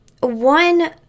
one